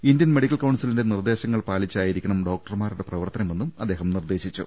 Indian medical കൌൺസിലിന്റെ നിർദ്ദേശങ്ങൾ പാലിച്ചായിരിക്കണം ഡോക്ടർമാരുടെ പ്രവർത്തനമെന്നും അദ്ദേഹം നിർദ്ദേ ശിച്ചു